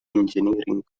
engineering